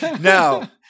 now